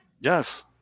Yes